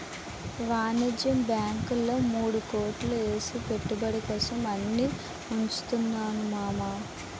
వాణిజ్య బాంకుల్లో మూడు కోట్లు ఏసి పెట్టుబడి కోసం అని ఉంచుతున్నాను మావా